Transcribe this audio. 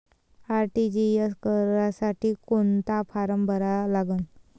RTGS करासाठी कोंता form भरा लागन?